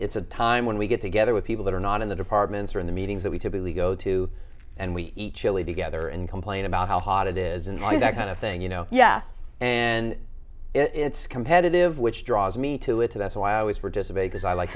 it's a time when we get together with people that are not in the departments or in the meetings that we typically go to and we each chile together and complain about how hot it is and i did that kind of thing you know yeah and it's competitive which draws me to it that's why i always